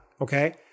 okay